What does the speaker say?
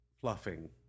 fluffing